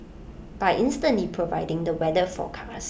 by instantly providing the weather